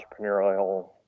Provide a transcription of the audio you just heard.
entrepreneurial